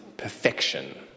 perfection